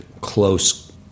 close